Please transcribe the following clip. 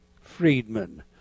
Friedman